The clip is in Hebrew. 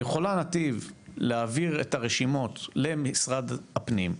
יכולה "נתיב" להעביר את הרשימות למשרד הפנים,